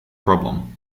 problem